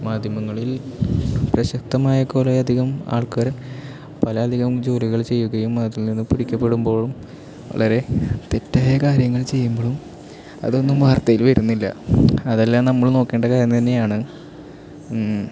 മാധ്യമങ്ങളിൽ പ്രശസ്തമായ കുറെയധികം ആൾക്കാർ പല അധികം ജോലികൾ ചെയ്യുകയും അതിൽനിന്ന് പിടിക്കപെടുമ്പോഴും വളരെ തെറ്റായ കാര്യങ്ങൾ ചെയ്യുമ്പോഴും അതൊന്നും വാർത്തയിൽ വരുന്നില്ല അതെല്ലാം നമ്മൾ നോക്കേണ്ട കാര്യം തന്നെയാണ്